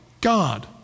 God